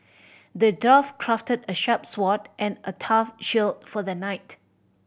the dwarf crafted a sharp sword and a tough shield for the knight